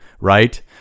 right